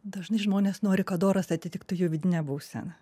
dažnai žmonės nori kad oras atitiktų jų vidinę būseną